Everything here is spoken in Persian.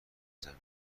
زمین